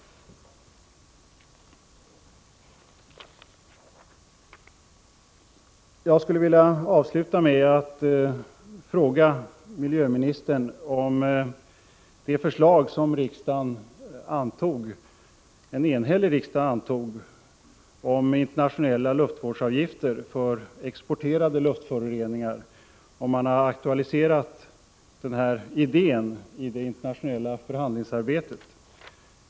Jag skulle vilja avsluta med att ställa en fråga till miljöministern rörande det förslag en enhällig riksdag antog om internationella luftvårdsavgifter för exporterade luftföroreningar. Har man aktualiserat denna idé i det internationella förhandlingsarbetet?